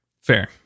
Fair